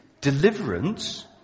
deliverance